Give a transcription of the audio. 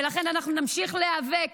ולכן אנחנו נמשיך להיאבק